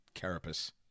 carapace